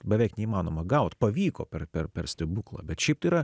beveik neįmanoma gauti pavyko per per stebuklą bet šiaip tai yra